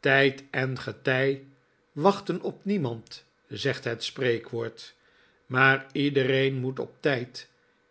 tijd en getij wachten op niemand zegt het spreekwoord maar iedereen moet op tijd